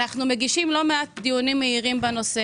אנו מגישים לא מעט דחונים מהירים בנושא